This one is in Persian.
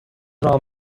رام